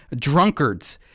Drunkards